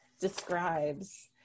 describes